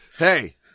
Hey